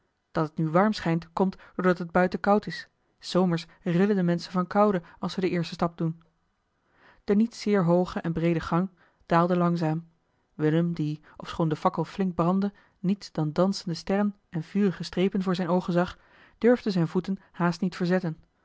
dat het nu warm schijnt komt doordat het buiten koud is s zomers rillen de menschen van koude als ze den eersten stap doen de niet zeer hooge en breede gang daalde langzaam willem die ofschoon de fakkel flink brandde niets dan dansende sterren en vurige strepen voor zijne oogen zag durfde zijne voeten haast niet verzetten